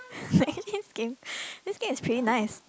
actually this game this game is pretty nice